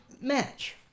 match